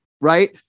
right